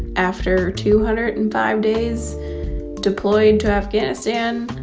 after two hundred and five days deployed to afghanistan,